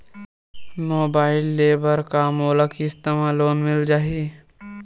Mobile ले बर का मोला किस्त मा लोन मिल जाही?